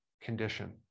condition